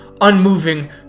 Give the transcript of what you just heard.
unmoving